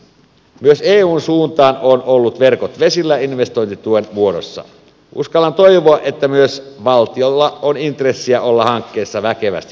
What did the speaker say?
jos eun suunta on ollut verkot vesillä investiontituen muodossa uskalla toivoa että myös valtiolla on intressiä ollaan kesä väkevästi